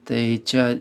tai čia